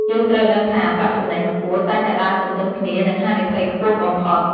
យើងត្រូវដឹងថា ប្រាក់ចំណេញខ្ពស់ តែងតែដើរទន្ទឹមគ្នានឹងហានិភ័យខ្ពស់បំផុត។